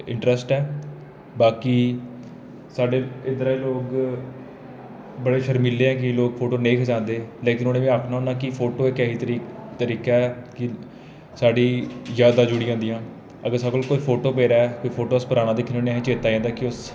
interest ऐ बाकी साढ़े इद्धरै दे लोक बड़े शर्मिले ऐगे लोक फोटो नेईं खचांदे लेकिन उनें में आखना होना कि फोटो इक ऐसा तरीका ऐ साढ़ी जादां जुड़ी जंदियां अगर साढ़े कोल कोई फोटो पेदा ऐ कोई फोटो अस पराना दिक्खने होन्ने चेता आई जंदा कि